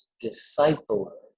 disciple